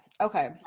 okay